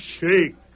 Shake